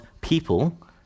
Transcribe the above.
people